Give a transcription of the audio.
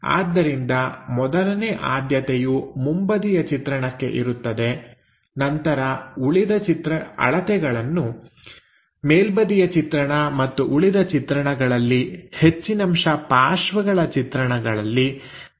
ಆದ್ದರಿಂದ ಮೊದಲನೇ ಆದ್ಯತೆಯು ಮುಂಬದಿಯ ಚಿತ್ರಣಕ್ಕೆ ಇರುತ್ತದೆ ನಂತರ ಉಳಿದ ಅಳತೆಗಳನ್ನು ಮೇಲ್ಬದಿಯ ಚಿತ್ರಣ ಮತ್ತು ಉಳಿದ ಚಿತ್ರಣಗಳಲ್ಲಿ ಹೆಚ್ಚಿನಂಶ ಪಾರ್ಶ್ವಗಳ ಚಿತ್ರಣಗಳಲ್ಲಿ ನಮೂದಿಸಲಾಗುತ್ತದೆ